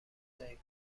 دهید